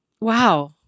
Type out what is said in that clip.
wow